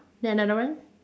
then another one